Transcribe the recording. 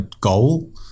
goal